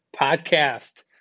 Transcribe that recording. podcast